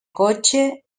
cotxe